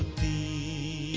the